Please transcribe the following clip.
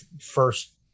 first